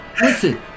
Listen